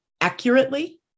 accurately